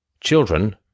children